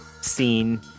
scene